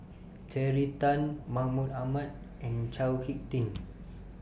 Terry Tan Mahmud Ahmad and Chao Hick Tin